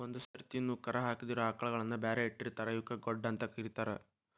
ಒಂದ್ ಸರ್ತಿನು ಕರಾ ಹಾಕಿದಿರೋ ಆಕಳಗಳನ್ನ ಬ್ಯಾರೆ ಇಟ್ಟಿರ್ತಾರ ಇವಕ್ಕ್ ಗೊಡ್ಡ ಅಂತ ಕರೇತಾರ